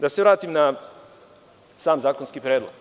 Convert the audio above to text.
Da se vratim na sam zakonski predlog.